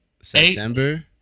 September